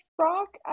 rock